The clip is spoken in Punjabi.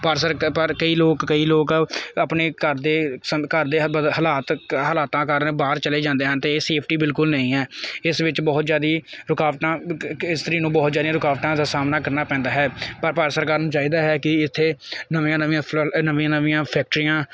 ਪਰ ਸਰ ਪਰ ਕਈ ਲੋਕ ਕਈ ਲੋਕ ਆਪਣੇ ਘਰ ਦੇ ਸੰਗ ਘਰ ਦੇ ਬ ਹਾਲਾਤ ਹਾਲਾਤਾਂ ਕਾਰਨ ਬਾਹਰ ਚਲੇ ਜਾਂਦੇ ਹਨ ਅਤੇ ਇਹ ਸੇਫਟੀ ਬਿਲਕੁਲ ਨਹੀਂ ਹੈ ਇਸ ਵਿੱਚ ਬਹੁਤ ਜ਼ਿਆਦਾ ਰੁਕਾਵਟਾਂ ਇਸਤਰੀ ਨੂੰ ਬਹੁਤ ਜ਼ਿਆਦਾ ਰੁਕਾਵਟਾਂ ਦਾ ਸਾਹਮਣਾ ਕਰਨਾ ਪੈਂਦਾ ਹੈ ਪਰ ਭਾਰਤ ਸਰਕਾਰ ਨੂੰ ਚਾਹੀਦਾ ਹੈ ਕਿ ਇੱਥੇ ਨਵੀਆਂ ਨਵੀਆਂ ਫ ਨਵੀਆਂ ਨਵੀਆਂ ਫੈਕਟਰੀਆਂ